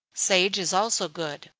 sage is also good.